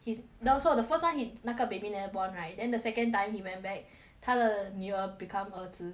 his the also the first [one] he 那个 baby never born right then the second time he went back 他的女儿 become 儿子